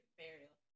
burial